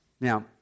Now